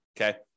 Okay